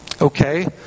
Okay